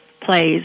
plays